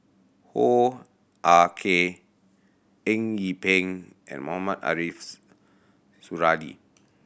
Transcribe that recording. Hoo Ah Kay Eng Yee Peng and Mohamed Ariffs Suradi